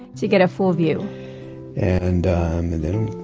to get a full view and then,